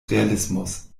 realismus